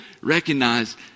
recognize